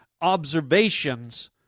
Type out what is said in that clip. observations